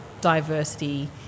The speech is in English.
diversity